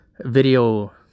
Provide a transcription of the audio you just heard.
video